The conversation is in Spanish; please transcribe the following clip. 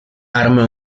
arma